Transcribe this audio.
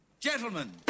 Gentlemen